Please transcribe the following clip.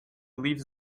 leaves